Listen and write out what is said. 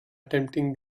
attempting